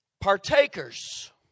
Partakers